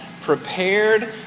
prepared